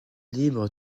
libre